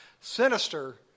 sinister